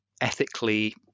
ethically